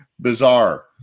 bizarre